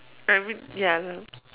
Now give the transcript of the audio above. I mean ya I know